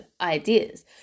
ideas